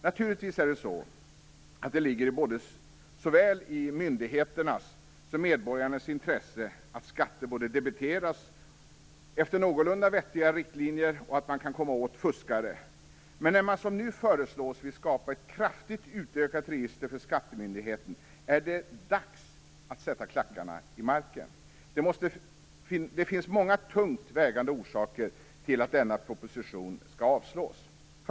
Naturligtvis ligger det i såväl myndigheternas som medborgarnas intresse både att skatter debiteras efter någorlunda vettiga riktlinjer och att man kan komma åt fuskare. Men när man som nu föreslås vill skapa ett kraftigt utökat register för skattemyndigheten är det dags att sätta klackarna i marken. Det finns många tungt vägande orsaker till att denna proposition skall avslås.